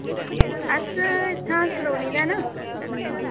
अस इत्थां कलोनी दा न